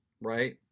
right